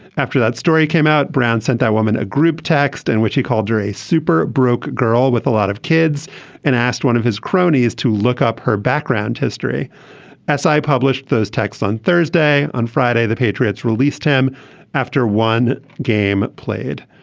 after that story came out brown sent that woman a group text in which he called her a super broke girl with a lot of kids and asked one of his cronies to look up her background history essay published those texts on thursday. on friday the patriots released him after one game played.